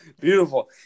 Beautiful